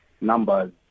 numbers